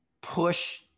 push